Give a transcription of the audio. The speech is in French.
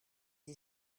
des